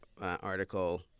article